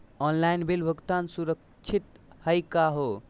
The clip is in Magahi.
ऑनलाइन बिल भुगतान सुरक्षित हई का हो?